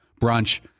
brunch